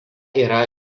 yra